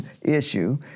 issue